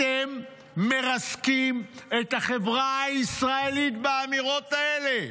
אתם מרסקים את החברה הישראלית באמירות האלה.